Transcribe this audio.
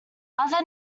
other